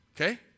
Okay